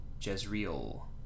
Jezreel